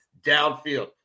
downfield